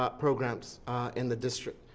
ah programs in the district.